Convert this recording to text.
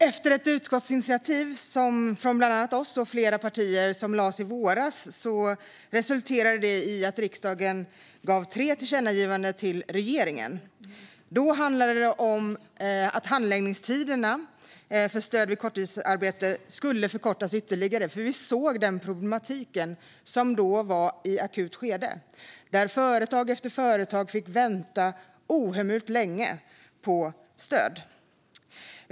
Fru talman! Ett utskottsinitiativ i våras från bland annat oss kristdemokrater och flera andra partier resulterade i att riksdagen föreslog tre tillkännagivanden till regeringen. Det handlade om att handläggningstiderna för stöd vid korttidsarbete skulle förkortas ytterligare. Vi såg nämligen den problematik som då var akut. Företag efter företag fick vänta ohemult länge på stöd.